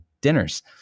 dinners